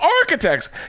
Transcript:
architects